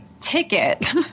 ticket